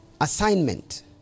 assignment